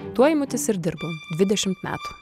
tuo eimutis ir dirbo dvidešimt metų